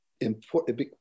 important